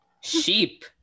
Sheep